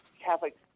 Catholic